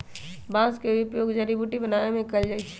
बांस का उपयोग जड़ी बुट्टी बनाबे में कएल जाइ छइ